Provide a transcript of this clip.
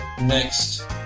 next